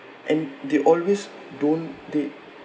and they always don't they